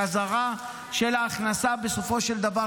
חזרה של ההכנסה למדינה בסופו של דבר.